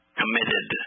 committed